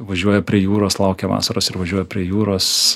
važiuoja prie jūros laukia vasaros ir važiuoja prie jūros